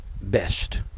best